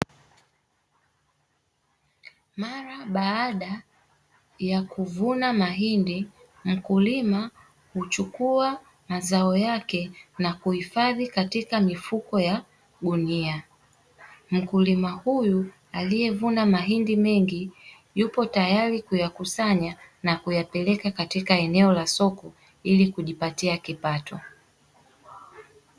Mara baada ya kuvuna mahindi, mkulima huchukua mazao yake na kuhifadhi katika mifuko ya gunia. Mkulima huyu aliyevuna mahindi mengi, yupo tayari kuyakusanya na kuyapekeka katika eneo la soko ili kujipatia kipato.